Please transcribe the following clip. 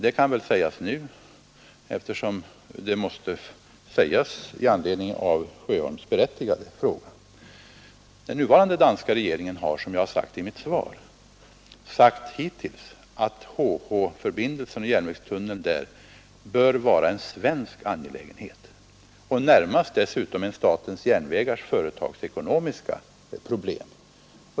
Detta kan väl sägas nu, eftersom det måste sägas med anledning av herr Sjöholms berättigade fråga. Den nuvarande danska regeringen har, som jag sade i mitt svar, hittills sagt att järnvägstunneln mellan Helsingborg och Helsingör bör vara en svensk angelägenhet, och närmast dessutom ett statens järnvägars företagsekonomiska problem.